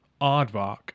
Aardvark